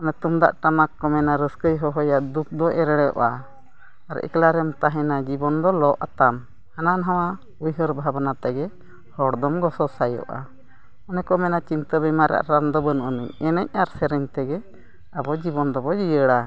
ᱚᱱᱟ ᱛᱩᱢᱫᱟᱜ ᱴᱟᱢᱟᱠ ᱠᱚ ᱢᱮᱱᱟ ᱨᱟᱹᱥᱠᱟᱹᱭ ᱦᱚᱦᱚᱭᱟ ᱫᱩᱠ ᱫᱚ ᱮᱲᱮᱨᱚᱜᱼᱟ ᱟᱨ ᱮᱠᱞᱟ ᱨᱮᱢ ᱛᱟᱦᱮᱱᱟ ᱡᱤᱵᱚᱱ ᱫᱚ ᱞᱚᱜ ᱛᱟᱢ ᱦᱟᱱᱟ ᱱᱟᱣᱟ ᱩᱭᱦᱟᱹᱨ ᱵᱷᱟᱵᱽᱱᱟ ᱛᱮᱜᱮ ᱦᱚᱲ ᱫᱚᱢ ᱜᱚᱥᱚ ᱥᱟᱭᱚᱜᱼᱟ ᱚᱱᱮ ᱠᱚ ᱢᱮᱱᱟ ᱪᱤᱱᱛᱟᱹ ᱵᱤᱢᱟᱨ ᱨᱮᱱᱟᱜ ᱨᱟᱱ ᱫᱚ ᱵᱟᱹᱱᱩᱜ ᱟᱱ ᱮᱱᱮᱡ ᱟᱨ ᱥᱮᱨᱮᱧ ᱛᱮᱜᱮ ᱟᱵᱚ ᱡᱤᱵᱚᱱ ᱫᱚᱵᱚᱱ ᱡᱤᱭᱟᱹᱲᱟ